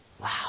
Wow